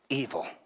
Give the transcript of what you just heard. evil